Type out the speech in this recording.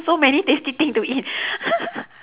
so many tasty thing to eat